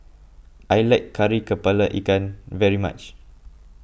I like Kari Kepala Ikan very much